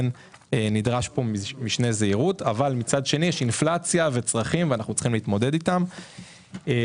ראינו איזו שהיא גאות בהכנסות - חלקה הגדול הוא חד פעמי,